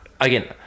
again